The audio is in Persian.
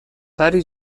پری